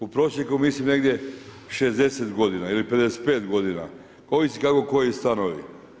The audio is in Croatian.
U prosjeku mislim negdje 60 godina ili 55 godina, ovisi kako koji stanovi.